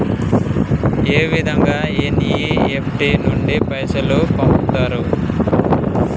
ఏ విధంగా ఎన్.ఇ.ఎఫ్.టి నుండి పైసలు పంపుతరు?